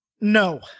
No